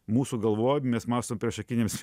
mūsų galvoj mes mąstom priešakinėms